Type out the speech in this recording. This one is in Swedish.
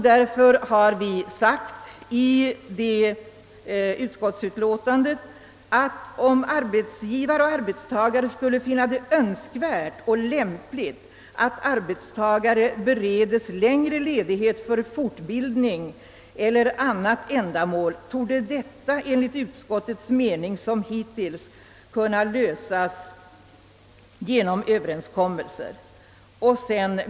Därför har vi i vårt utlåtande uttalat att om »arbetsgivare och arbetstagare skulle finna det önskvärt och lämpligt att arbetstagare beredes längre ledighet för fortbildning eller för annat ändamål torde detta enligt utskottets mening som hittills kunna lösas genom överenskommelser».